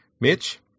Mitch